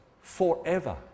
forever